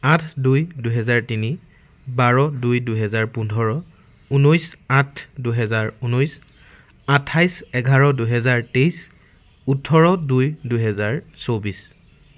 আঠ দুই দুহেজাৰ তিনি বাৰ দুই দুহেজাৰ পোন্ধৰ ঊনৈছ আঠ দুহেজাৰ ঊনৈছ আঠাইছ এঘাৰ দুহেজাৰ তেইছ ওঠৰ দুই দুহেজাৰ চৌব্বিছ